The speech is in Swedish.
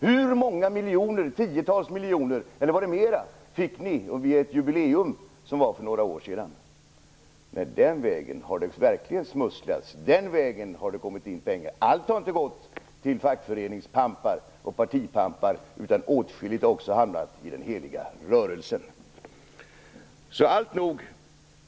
Hur många tiotals miljoner fick ni vid ert jubileum för några år sedan? Den vägen har det verkligen smusslats, den vägen har det kommit in pengar. Allt har inte gått till fackföreningspampar och partipampar, utan åtskilligt har också hamnat i den heliga rörelsen.